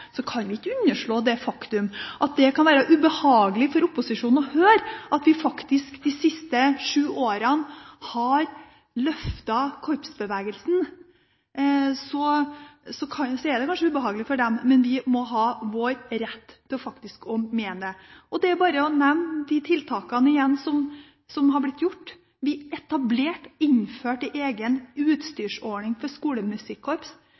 så kan man ikke underslå det faktum. At vi de siste sju årene har løftet korpsbevegelsen, er kanskje ubehagelig for opposisjonen å høre, men vi må ha vår rett til faktisk å mene det. Det er bare å nevne de tiltakene som har blitt gjort. Vi etablerte og innførte en egen utstyrsordning for skolemusikkorps.